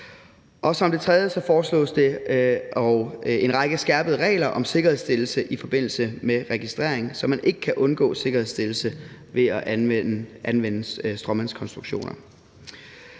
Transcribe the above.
Som det tredje foreslås en række skærpede regler om sikkerhedsstillelse i forbindelse med registreringen, så man ikke kan undgå sikkerhedsstillelse ved at anvende stråmandskonstruktioner.